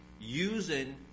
using